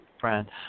friend